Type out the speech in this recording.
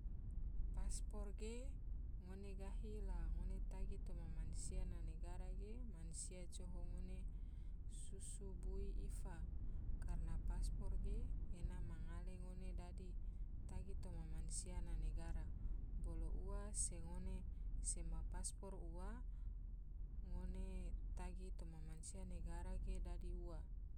Paspor ge ngone gahi la ngone tagi toma mansia na negara ge mansia coho ngone susu bui ifa, karana paspor ge ena mangale ngone dadi tagi toma mansia na nagara, bolo ua se ngone sema paspor ua ngone tagi toma mansia na negara dadi ua.